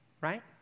right